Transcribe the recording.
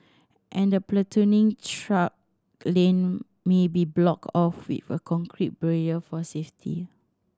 and the platooning truck lane may be blocked off with a concrete barrier for safety